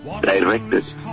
directed